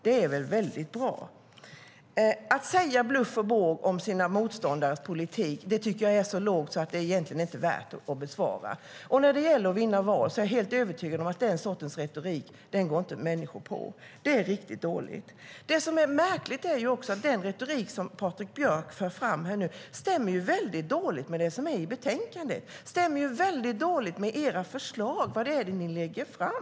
Det är väl väldigt bra. Att säga bluff och båg om sina motståndares politik är så lågt att det inte är värt att bemöta. Och när det gäller att vinna val är jag övertygad om att människor inte går på den sortens retorik. Det är riktigt dåligt. Det märkliga är att den retorik som Patrik Björck för fram stämmer dåligt med det som står i betänkandet och era förslag som ni lägger fram.